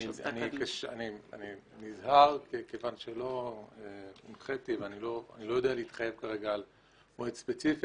אני נזהר כיוון שלא הונחיתי ואיני רוצה להתחייב לגבי מועד ספציפי.